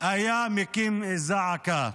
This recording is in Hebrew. היו מקימים קול זעקה.